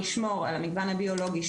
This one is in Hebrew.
לשמור על המגוון הביולוגי,